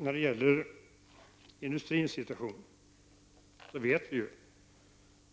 Fru talman! Vi vet